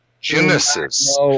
Genesis